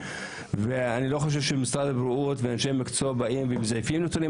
אני לא חושב שמשרד הבריאות ואנשי מקצוע באים ומזייפים נתונים,